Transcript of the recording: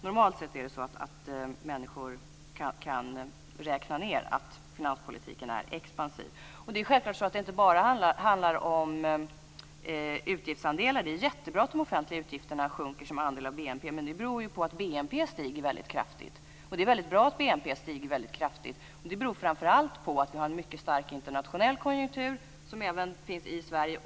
Normalt sett kan människor räkna ned att finanspolitiken är expansiv. Det är självklart så att det inte bara handlar om utgiftsandelar. Det är jättebra att de offentliga utgifternas del av BNP sjunker, men det beror ju på att BNP stiger väldigt kraftigt. Det är ju också bra att BNP stiger kraftigt. Att den gör det beror framför allt på att vi har en mycket stark konjunktur internationellt, som även finns i Sverige.